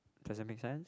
does it make sense